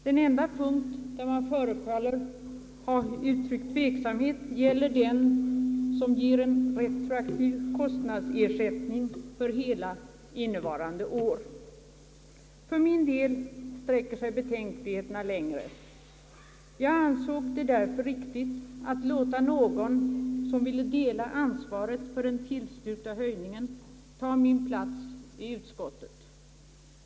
Den enda punkt där man förefaller ha uttryckt tveksamhet gäller den som ger en retroaktiv kostnadsersättning för hela innevarande år. För min del sträcker sig betänkligheterna längre. Jag ansåg det därför riktigt att låta någon som ville dela ansvaret för den tillstyrkta höjningen ta min plats i utskottet.